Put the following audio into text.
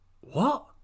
What